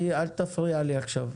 אל תפריע לי עכשיו.